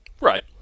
right